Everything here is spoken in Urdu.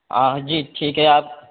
آ جی ٹھیک ہے آپ